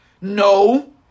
No